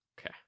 Okay